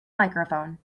microphone